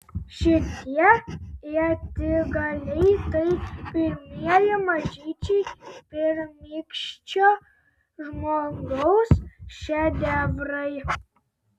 šitie ietigaliai tai pirmieji mažyčiai pirmykščio žmogaus šedevrai